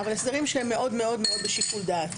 אבל הסדרים שהם מאוד בשיקול דעת,